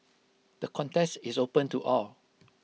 the contest is open to all